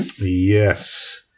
Yes